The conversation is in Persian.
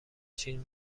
چین